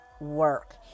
work